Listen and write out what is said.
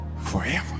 forever